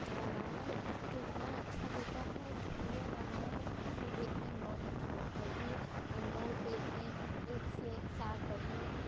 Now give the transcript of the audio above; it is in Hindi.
रामायण तो इतना अच्छा देता है कि पूरे रामायण को देखने में बहुत अच्छा लगता है जी अनमोल पर में एक से एक सास बहु